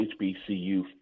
HBCU